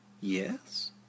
Yes